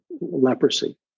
leprosy